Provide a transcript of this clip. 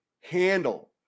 handle